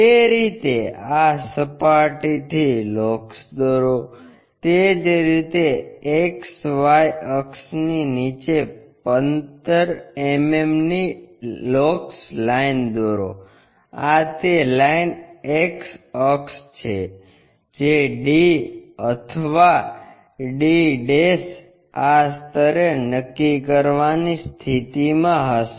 તે રીતે આ સપાટીથી લોકસ દોરો તે જ રીતે XY અક્ષની નીચે 15 mmની લોકસ લાઇન દોરો આ તે લાઈન અક્ષ છે જે d અથવા d આ સ્તરે નક્કી કરવાની સ્થિતિમાં હશે